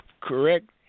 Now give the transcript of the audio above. correct